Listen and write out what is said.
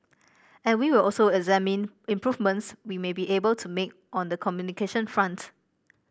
and we will also examine improvements we may be able to make on the communication front